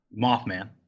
Mothman